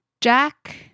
Jack